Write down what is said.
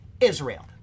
Israel